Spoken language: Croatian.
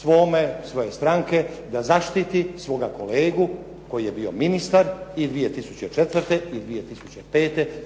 svome, svoje stranke da zaštiti svoga kolegu koji je bio ministar i 2004. i